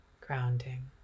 grounding